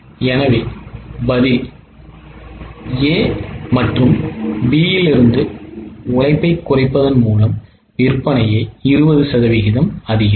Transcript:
எனவே பதில் A மற்றும் இது B இலிருந்து உழைப்பைக் குறைப்பதன் மூலம் விற்பனையை 20 சதவீதம் அதிகரிக்கும்